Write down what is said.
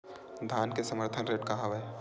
धान के समर्थन रेट का हवाय?